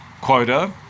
quota